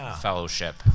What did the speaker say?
fellowship